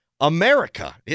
America